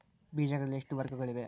ಬೇಜಗಳಲ್ಲಿ ಎಷ್ಟು ವರ್ಗಗಳಿವೆ?